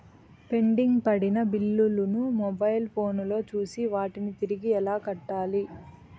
pending పడిన బిల్లులు ను మొబైల్ ఫోను లో చూసి వాటిని తిరిగి ఎలా కట్టాలి